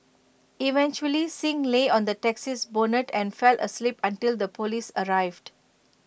eventually Singh lay on the taxi's bonnet and fell asleep until the Police arrived